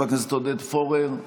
עודד פורר,